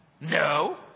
No